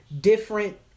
different